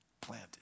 Planted